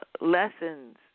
lessons